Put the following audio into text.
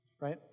right